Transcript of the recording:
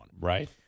Right